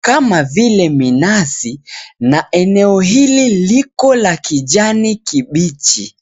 kama vile minazi na eneo hili liko la kijani kibichi.